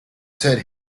said